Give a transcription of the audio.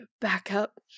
backup